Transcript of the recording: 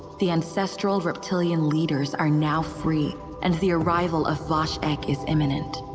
the ancestral reptilian leaders are now free, and the arrival of va sheck is imminent.